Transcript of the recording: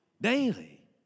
daily